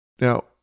Now